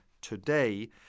today